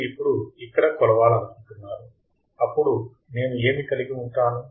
మీరు ఇప్పుడు ఇక్కడ కొలవాలనుకుంటున్నారు అప్పుడు నేను ఏమి కలిగి ఉంటాను